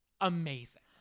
amazing